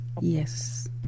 Yes